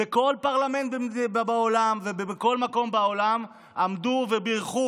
בכל פרלמנט בעולם ובכל מקום בעולם עמדו ובירכו